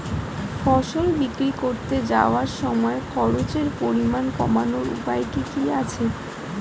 ফসল বিক্রি করতে যাওয়ার সময় খরচের পরিমাণ কমানোর উপায় কি কি আছে?